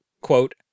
Quote